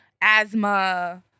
asthma